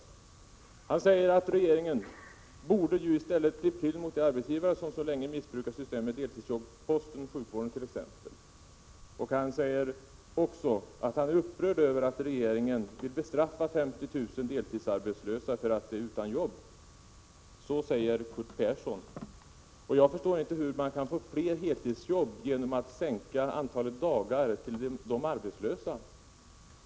Curt Persson säger att regeringen ”borde ju i stället ha klippt till mot de arbetsgivare som så länge missbrukat systemet med deltidsjobb — posten, sjukvården, till exempel”. Curt Persson är upprörd över att regeringen vill bestraffa 50 000 deltidsarbetslösa för att de är utan jobb. Jag förstår inte hur man kan få fler heltidsjobb genom att sänka antalet dagar för de arbetslösa.